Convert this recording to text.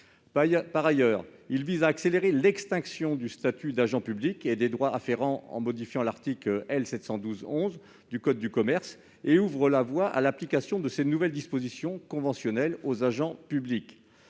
Par ailleurs, il accélère l'extinction du statut d'agent public et des droits afférents, en modifiant l'article L. 712-11 du code de commerce, et il ouvre la voie à l'application de ces nouvelles dispositions conventionnelles aux agents publics.